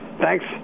Thanks